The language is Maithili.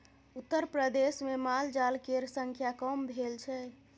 उत्तरप्रदेशमे मालजाल केर संख्या कम भेल छै